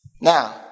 Now